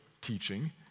teaching